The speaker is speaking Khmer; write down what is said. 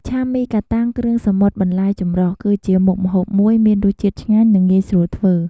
ឆាមីកាតាំងគ្រឿងសមុទ្របន្លែចម្រុះគឺជាមុខម្ហូបមួយ មានរសជាតិឆ្ងាញ់ និងងាយស្រួលធ្វើ។